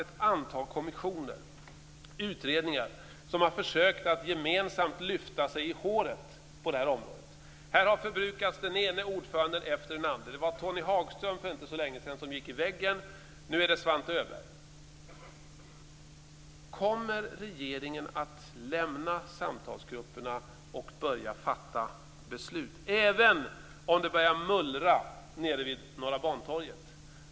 Ett antal utredningar har försökt att gemensamt lyfta sig i håret på det här området. Den ene ordföranden efter den andre har förbrukats. För inte så länge sedan var det Tony Hagström som gick i väggen; nu är det Svante Öberg. Kommer regeringen att lämna samtalsgrupperna och börja att fatta beslut, även om det börjar mullra nere vid Norra Bantorget?